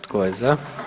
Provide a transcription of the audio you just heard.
Tko je za?